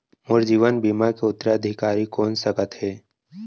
मोर जीवन बीमा के उत्तराधिकारी कोन सकत हे?